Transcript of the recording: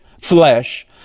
flesh